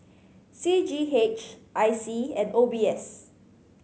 C G H I C and O B S